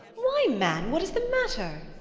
why, man, what is the matter?